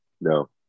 No